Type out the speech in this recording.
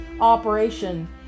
operation